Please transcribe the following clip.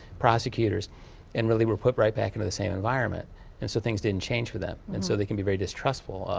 prosecutors and really were put right back into the same environment and so things didn't change for them. and so they can be very distrustful.